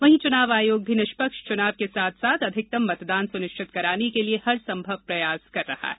वहीं चुनाव आयोग भी निष्पक्ष चुनाव के साथ साथ अधिकतम मतदान सुनिश्चित कराने के लिए हरसंभव प्रयास कर रहा है